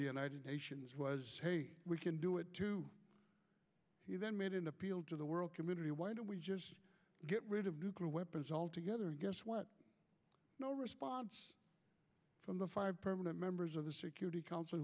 the united nations was we can do it too he then made an appeal to the world community why don't we get rid of nuclear weapons altogether and guess what no response from the five permanent members of the security council